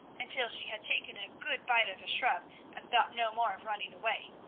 until she had taken a good bite of a shrub and thought no more of running away.